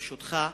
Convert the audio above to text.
ברשותך,